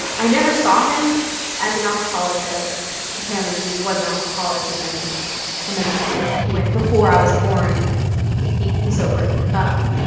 i never saw him as an alcoholic, but apparently he was an alcoholic and then and then before i was born he he sobered up.